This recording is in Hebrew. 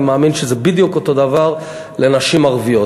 אני מאמין שזה בדיוק אותו דבר לנשים ערביות.